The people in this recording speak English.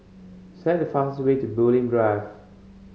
select the fastest way to Bulim Drive